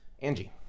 Angie